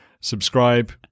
Subscribe